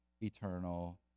eternal